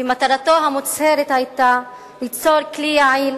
ומטרתו המוצהרת היתה ליצור כלי יעיל